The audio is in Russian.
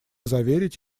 заверить